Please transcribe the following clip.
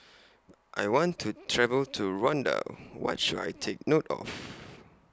I want to travel to Rwanda What should I Take note of